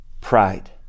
pride